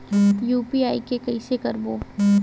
UPI के कइसे करबो?